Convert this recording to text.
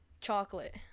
Chocolate